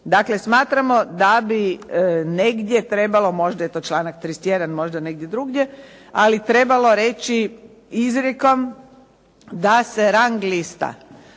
Dakle smatramo da bi možda negdje trebalo, možda je to članak 31. možda negdje drugdje, reći izrijekom da se rang lista